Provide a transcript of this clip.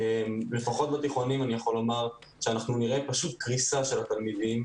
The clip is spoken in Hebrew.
כאשר פחות בתיכונים אני יכול לומר שאנחנו נראה קריסה של התלמידים.